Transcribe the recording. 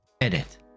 Edit